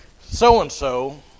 so-and-so